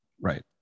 Right